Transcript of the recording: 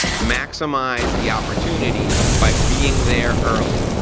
maximize the opportunity by being there early.